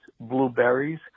blueberries